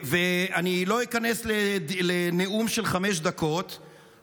אני לא איכנס לנאום של חמש דקות,